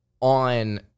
on